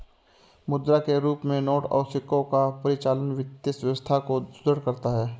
मुद्रा के रूप में नोट और सिक्कों का परिचालन वित्तीय व्यवस्था को सुदृढ़ करता है